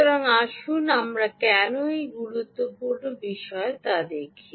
সুতরাং আসুন আসুন আমরা কেন এটি গুরুত্বপূর্ণ বিষয় তা দেখি